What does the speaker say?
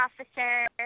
officer